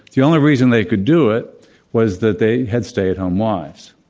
the only reason they could do it was that they had stay-at-home wives.